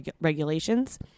regulations